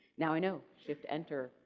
now, i know shift, enter,